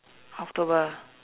comfortable